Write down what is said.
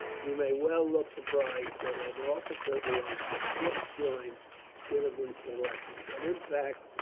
you may well look surprised that an officer who has but just joined should have been selected but in fact,